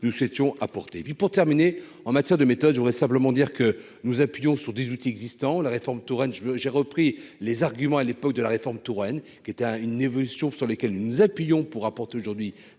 nous étions à porter et puis pour terminer en matière de méthode, je voudrais simplement dire que nous appuyons sur des outils existants, la réforme Touraine je veux, j'ai repris les arguments à l'époque de la réforme Touraine qui était un une évolution sur lesquels nous nous appuyons pour apporter aujourd'hui